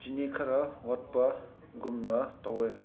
ꯆꯤꯅꯤ ꯈꯔ ꯋꯥꯠꯄꯒꯨꯝꯅ ꯇꯧꯋꯦ